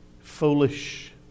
foolish